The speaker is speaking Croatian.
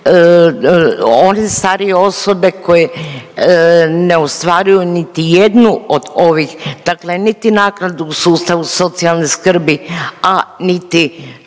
one starije osobe koje ne ostvaruju niti jednu od ovih, dakle niti naknadu u sustavu socijalne skrbi, a niti